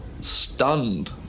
stunned